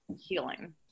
healing